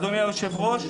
אדוני היושב-ראש,